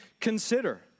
consider